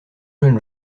jeunes